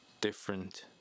different